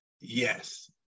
yes